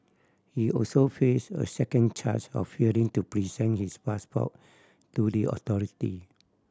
he also face a second charge of failing to present his passport to the authority